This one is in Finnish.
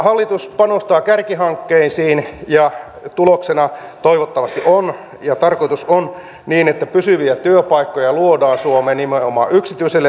hallitus panostaa kärkihankkeisiin ja tuloksena toivottavasti on ja tarkoitus on että pysyviä työpaikkoja luodaan suomeen nimenomaan yksityiselle sektorille